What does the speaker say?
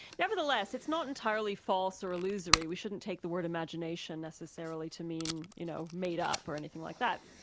nevertheless, it's not entirely false or illusory, we shouldn't take the word imagination necessarily to mean you know made up, or anything like that.